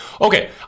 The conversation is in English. Okay